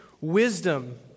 wisdom